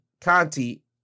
Conti